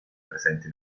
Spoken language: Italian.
presenti